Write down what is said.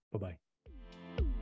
bye-bye